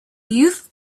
youth